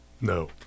No